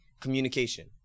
communication